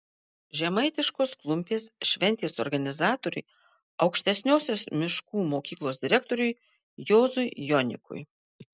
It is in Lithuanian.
žemaitiškos klumpės šventės organizatoriui aukštesniosios miškų mokyklos direktoriui juozui jonikui